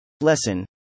Lesson